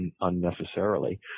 unnecessarily